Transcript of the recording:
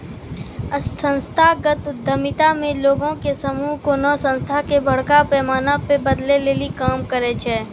संस्थागत उद्यमिता मे लोगो के समूह कोनो संस्था के बड़का पैमाना पे बदलै लेली काम करै छै